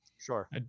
sure